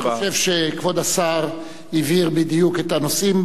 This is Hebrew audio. אני חושב שכבוד השר הבהיר בדיוק את הנושאים.